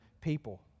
people